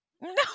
No